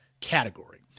category